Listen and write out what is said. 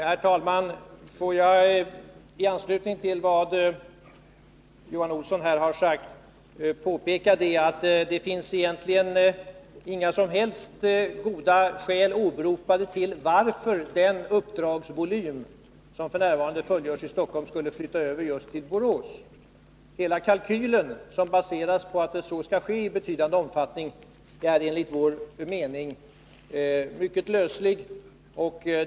Herr talman! Får jag i anslutning till vad Johan Olsson här har sagt framhålla att det egentligen inte finns några som helst goda skäl till att Stockholms nuvarande uppdragsvolym flyttas till just Borås. Hela kalkylen, som i betydande omfattning baseras på argument för att så skall ske, är enligt vår mening mycket löslig.